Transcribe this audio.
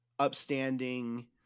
upstanding